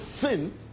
sin